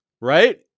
right